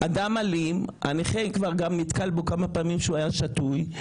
אדם אלים, הנכה נתקל בו כבר כמה פעמים כשהיה שתוי,